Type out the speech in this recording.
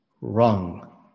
wrong